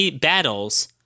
battles